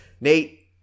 Nate